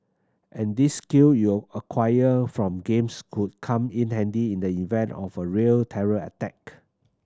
and these skill you acquired from games could come in handy in the event of a real terror attack